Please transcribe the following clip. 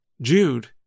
Jude